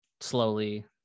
slowly